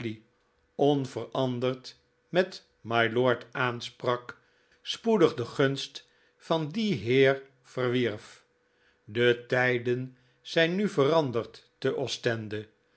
onveranderd met mylord aansprak spoedig de gunst van dien heer verwierf de tijden zijn nu veranderd te ostende